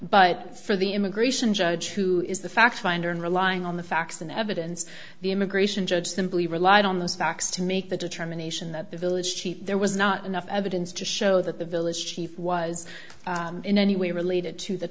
but for the immigration judge who is the fact finder and relying on the facts and evidence the immigration judge simply relied on those facts to make the determination that the village chief there was not enough evidence to show that the village chief was in any way related to the